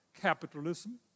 capitalism